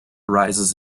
rises